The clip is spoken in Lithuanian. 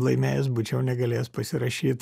laimėjęs būčiau negalėjęs pasirašyt